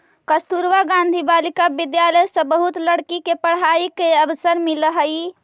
कस्तूरबा गांधी बालिका विद्यालय से बहुत लड़की के पढ़ाई के अवसर मिलऽ हई